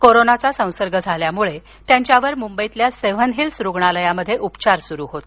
कोरोनाचा संसर्ग झाल्यानं त्यांच्यावर मुंबईतील सेव्हन हिल्स रुग्णालयात उपचार सुरु होते